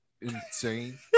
insane